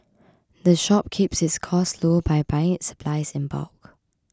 the shop keeps its costs low by buying its supplies in bulk